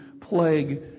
plague